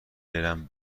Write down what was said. برم